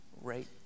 right